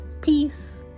Peace